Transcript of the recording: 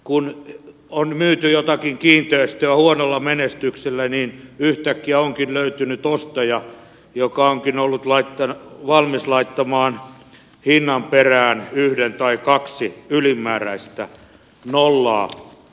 kun on myyty jotakin kiinteistöä huonolla menestyksellä yhtäkkiä onkin löytynyt ostaja joka onkin ollut valmis laittamaan hinnan perään yhden tai kaksi ylimääräistä nollaa